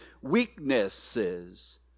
weaknesses